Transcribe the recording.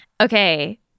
Okay